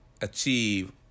achieve